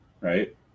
right